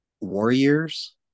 Warriors